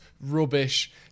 rubbish